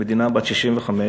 מדינה בת 65,